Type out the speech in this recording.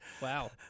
Wow